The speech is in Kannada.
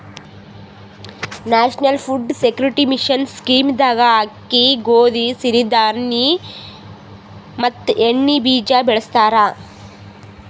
national food security mission scheme ದಾಗ ಅಕ್ಕಿ, ಗೋದಿ, ಸಿರಿ ಧಾಣಿ ಮತ್ ಎಣ್ಣಿ ಬೀಜ ಬೆಳಸ್ತರ